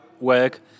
work